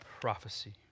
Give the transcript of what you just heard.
prophecy